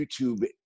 YouTube